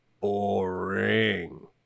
boring